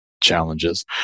challenges